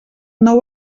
nou